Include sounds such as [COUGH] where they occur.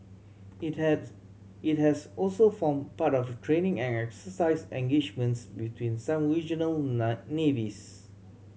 it has it has also formed part of the training and exercise engagements between some regional [UNINTELLIGIBLE] navies